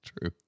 true